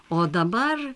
o dabar